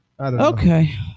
Okay